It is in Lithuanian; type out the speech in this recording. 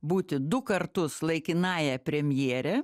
būti du kartus laikinąja premjere